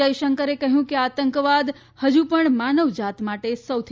જયશંકરે કહ્યું છે કે આતંકવાદ ફજુ પણ માનવજાત માટે સૌથી